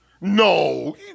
No